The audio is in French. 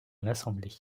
l’assemblée